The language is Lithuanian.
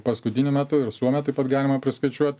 paskutiniu metu ir suomiją taip pat galima priskaičiuot